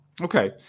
okay